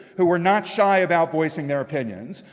who were not shy about voicing their opinions.